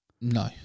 No